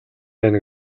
байна